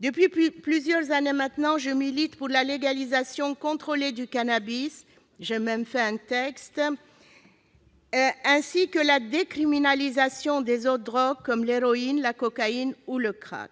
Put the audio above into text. Depuis plusieurs années maintenant, je milite pour la légalisation contrôlée du cannabis- j'ai d'ailleurs déposé une proposition de loi en ce sens -, ainsi que la décriminalisation des autres drogues comme l'héroïne, la cocaïne ou le crack.